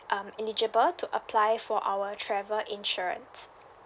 um eligible to apply for our travel insurance